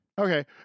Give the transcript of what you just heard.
Okay